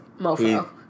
Mofo